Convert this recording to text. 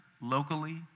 locally